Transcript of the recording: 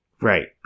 Right